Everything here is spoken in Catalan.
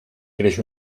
creix